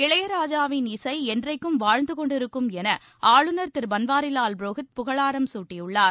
இளையராஜாவின் இசை என்றைக்கும் வாழ்ந்து கொண்டே இருக்கும் என ஆளுநர் திரு பன்வாரிலால் புரோஹித் புகழாரம் சூட்டியுள்ளார்